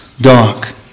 dark